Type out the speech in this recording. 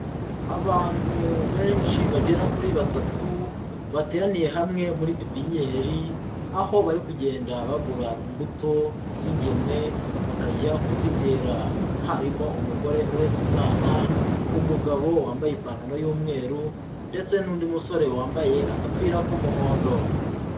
Abantu benshi bagera muri batatu, bateraniye hamwe muri pipinyeri, aho bari kugenda bagura imbuto z'ingemwe bakajya kuzitera, harimo umugore uhetse umwana, umugabo wambaye ipantaro y'umweru ndetse n'undi musore wambaye agapira k'umuhondo.